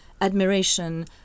admiration